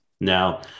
Now